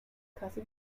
kasse